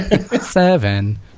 Seven